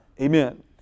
amen